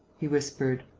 he whispered